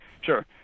sure